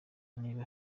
niba